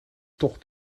tocht